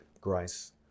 grace